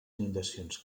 inundacions